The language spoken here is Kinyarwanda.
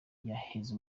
yaheze